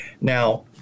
Now